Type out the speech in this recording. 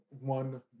one